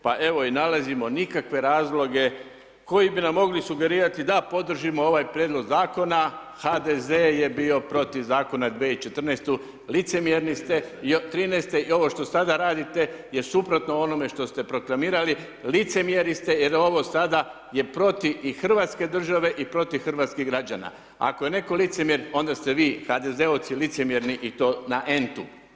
Pa evo, nalazimo nikakve razloge, koji bi nam mogli sugerirati da podržimo ovaj prijedlog zakona, HDZ je bio protiv zakon 2014. licemjerni ste i '13. i ovo što sada radite je suprotno onome što ste proklamirali licemjeri ste jer ovo sada je protiv i hrvatske države i protiv hrvatskih građana, ako je netko licemjer onda ste vi HDZ-ovci licemjeri, i to na n-tu.